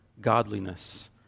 godliness